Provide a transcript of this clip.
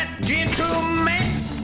gentleman